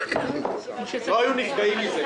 לא היו נפגעים מזה.